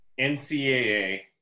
NCAA